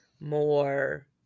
more